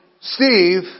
Steve